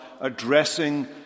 addressing